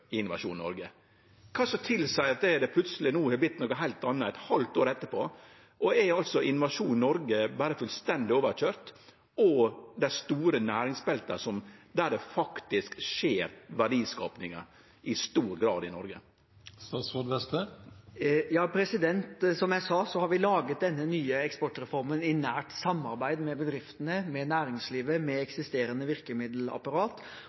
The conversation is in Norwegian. i Innovasjon Norge.» Kva er det som tilseier at det no plutseleg har vorte noko heilt anna, eit halvt år etterpå? Er altså Innovasjon Norge berre fullstendig overkøyrt, og dei store næringsbelta der verdiskapinga i Noreg i stor grad faktisk skjer? Som jeg sa, har vi laget denne nye eksportreformen i nært samarbeid med bedriftene, med næringslivet, med